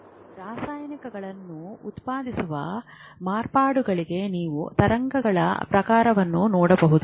ರಾಸಾಯನಿಕಗಳನ್ನು ಉತ್ಪಾದಿಸುವ ಮಾರ್ಪಾಡುಗಳಲ್ಲಿ ನೀವು ತರಂಗಗಳ ಪ್ರಕಾರವನ್ನು ನೋಡಬಹುದು